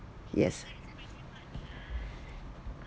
yes